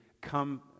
come